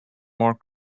more